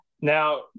Now